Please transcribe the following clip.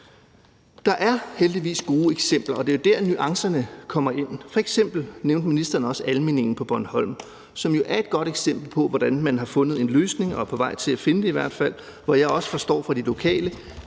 Der er heldigvis gode eksempler, og det er jo der, nuancerne kommer ind. Ministeren nævnte f.eks. også Almindingen på Bornholm, som jo er et godt eksempel på, hvordan man har fundet en løsning – og er på vej til at finde den i hvert fald. Jeg forstår også på de lokale,